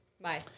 Bye